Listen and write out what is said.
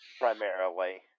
primarily